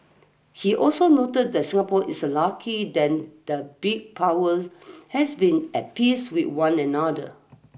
he also noted that Singapore is a lucky that the big power has been at peace with one another